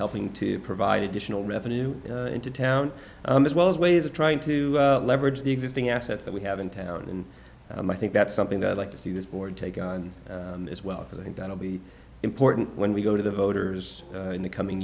helping to provide additional revenue into town as well as ways of trying to leverage the existing assets that we have in town and i think that's something that i'd like to see this board take on as well i think that will be important when we go to the voters in the coming